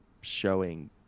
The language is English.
showing